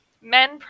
men